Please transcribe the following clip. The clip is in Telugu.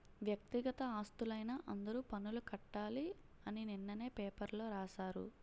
వ్యక్తిగత ఆస్తులైన అందరూ పన్నులు కట్టాలి అని నిన్ననే పేపర్లో రాశారు